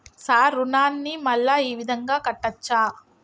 Sir రుణాన్ని మళ్ళా ఈ విధంగా కట్టచ్చా?